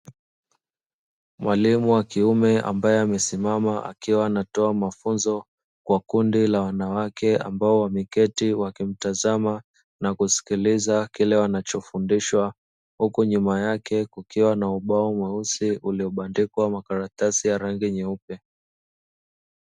Mwalimu wa kiume ambaye amesimama akiwa anatoa mafunzo kwa kundi la wanawake ambao wameketi wakimtazama na kuskiliza kile wanachofundishwa huku nyuma yake kukiwa na ubao mweusi uliobandikwa makaratasi ya rangi nyeupe.